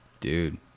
Dude